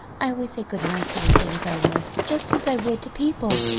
i always say good night to the things i love, just as i would to people.